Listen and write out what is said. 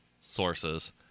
sources